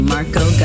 Marco